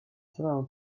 cinnamon